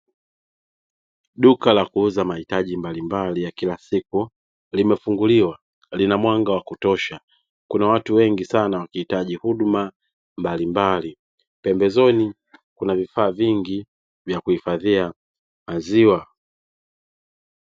Duka la kuuza mahitaji mbalimbali ya kila siku limefunguliwa, lina mwanga wa kutosha. Kuna watu wengine sana wakihitaji huduma mbalimbali, pembezoni Kuna vifaa vingi vya kuhifadhia maziwa.